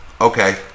okay